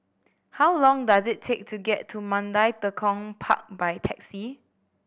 how long does it take to get to Mandai Tekong Park by taxi